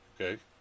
Okay